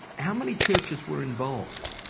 how many churches were involved?